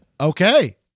okay